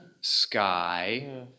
sky